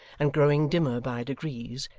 and growing dimmer by degrees,